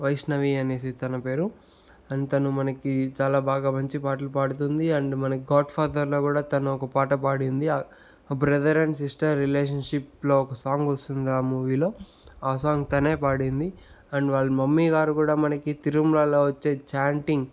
వైష్ణవి అనేసి తన పేరు అండ్ తను మనకి చాలా బాగా మంచి పాటలు పాడుతుంది అండ్ మనకు గాడ్ఫాదర్లో కూడా తను ఒక పాట పాడింది బ్రదర్ అండ్ సిస్టర్ రిలేషన్షిప్లో ఒక సాంగ్ వస్తుంది కదా ఆ మూవీలో ఆ సాంగ్ తనే పాడింది అండ్ వాళ్ళ మమ్మీ గారు కూడా మనకి తిరుమలలో వచ్చే చాంటింగ్